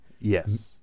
Yes